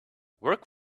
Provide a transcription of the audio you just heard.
work